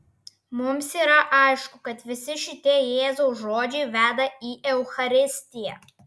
mums yra aišku kad visi šitie jėzaus žodžiai veda į eucharistiją